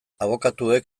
abokatuek